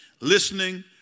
Listening